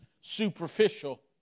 superficial